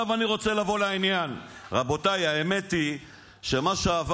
מה ראש הממשלה שלך אמר